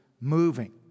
moving